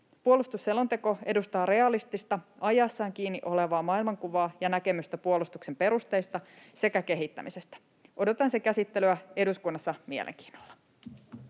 Puolustusselonteko edustaa realistista, ajassaan kiinni olevaa maailmankuvaa ja näkemystä puolustuksen perusteista sekä kehittämisestä. Odotan sen käsittelyä eduskunnassa mielenkiinnolla.